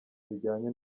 zijyanye